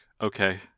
okay